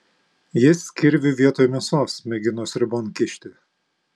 jis kirvį vietoj mėsos mėgino sriubon kišti